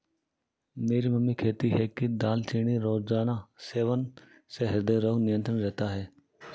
मेरी मम्मी कहती है कि दालचीनी रोजाना सेवन से हृदय रोग नियंत्रित रहता है